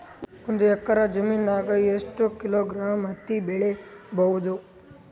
ಒಂದ್ ಎಕ್ಕರ ಜಮೀನಗ ಎಷ್ಟು ಕಿಲೋಗ್ರಾಂ ಹತ್ತಿ ಬೆಳಿ ಬಹುದು?